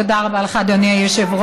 תודה רבה לך, אדוני היושב-ראש.